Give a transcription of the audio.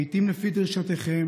לעיתים לפי דרישתכם,